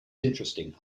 interesting